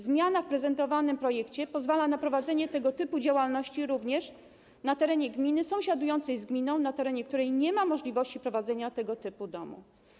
Zmiana w prezentowanym projekcie pozwala na prowadzenie tego typu działalności również na terenie gminy sąsiadującej z gminą, w której nie ma możliwości prowadzenia tego typu domu.